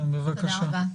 בבקשה.